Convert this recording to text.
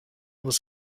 was